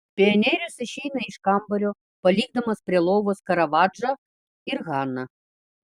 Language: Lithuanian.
pionierius išeina iš kambario palikdamas prie lovos karavadžą ir haną